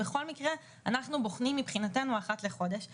שאנחנו בוחנים אחת לחודש בכל מקרה.